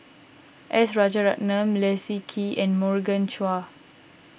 S Rajaratnam Leslie Kee and Morgan Chua